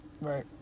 Right